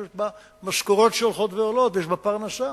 שיש בה משכורות שהולכות ועולות ויש בה פרנסה,